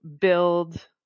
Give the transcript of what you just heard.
build